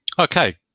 okay